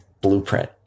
blueprint